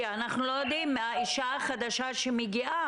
כי אנחנו לא יודעים האשה החדשה שמגיעה,